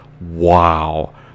wow